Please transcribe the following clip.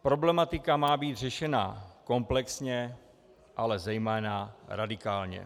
Problematika má být řešena komplexně, ale zejména radikálně.